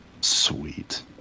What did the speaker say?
Sweet